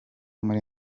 muri